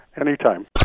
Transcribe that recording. Anytime